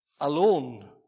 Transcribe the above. Alone